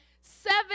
seven